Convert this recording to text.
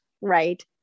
right